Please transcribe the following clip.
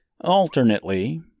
alternately